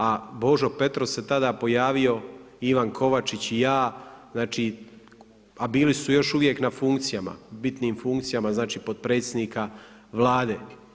A Božo Petrov se tada pojavio, Ivan Kovačić i ja, znači, a bili su još uvijek na funkcijama, bitnim funkcijama, znači potpredsjednika Vlade.